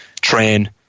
train